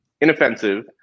inoffensive